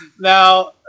now